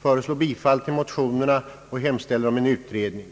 föreslår bifall till motionerna och hemställer om en utredning.